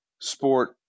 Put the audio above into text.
sport